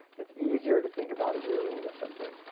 it's easier to think about a million of something.